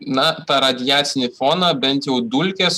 na tą radiacinį foną bent jau dulkės